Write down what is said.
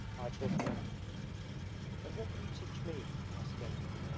i taught him everything and what will you teach me asked olenin,